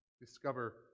discover